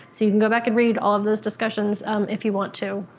so you can go back and read all of those discussions if you want to.